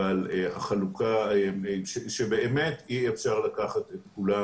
אבל החלוקה שבאמת אי-אפשר לקחת את כולם